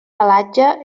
pelatge